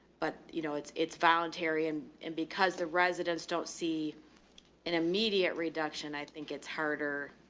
but you know, it's, it's voluntary and, and because the residents don't see an immediate reduction, i think it's harder.